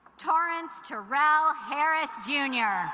torence terrel harris jr.